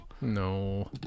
No